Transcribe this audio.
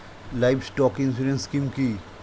Livestock insurance scheme কি?